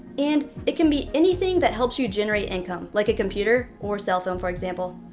and it can be anything that helps you generate income, like a computer or cell phone, for example.